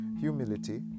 Humility